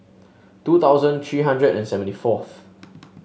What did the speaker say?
two thousand three hundred and seventy fourth